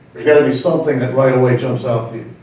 gotta be something that right away jumps out to